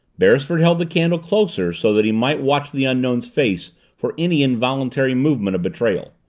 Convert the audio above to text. beresford held the candle closer so that he might watch the unknown's face for any involuntary movement of betrayal.